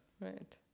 Right